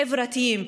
חברתיים,